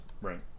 Right